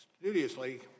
studiously